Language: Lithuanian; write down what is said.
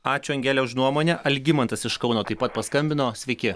ačiū angele už nuomonę algimantas iš kauno taip pat paskambino sveiki